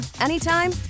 anytime